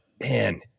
man